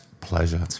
pleasure